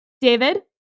David